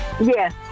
yes